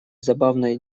забавной